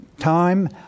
time